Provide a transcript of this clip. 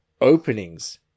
openings